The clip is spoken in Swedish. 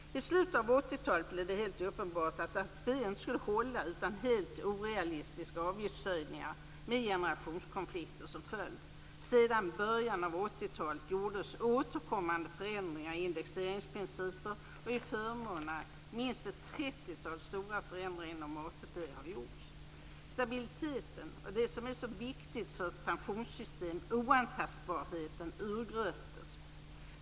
I slutet av 80-talet blev det helt uppenbart att ATP inte skulle hålla utan helt orealistiska avgiftshöjningar med generationskonflikter som följd. Sedan början av 80-talet gjordes återkommande förändringar i indexeringsprinciper och i förmånerna. Minst ett trettiotal stora förändringar inom ATP har gjorts. Stabiliteten och det som är så viktigt för ett pensionssystem, oantastbarheten, urgröptes.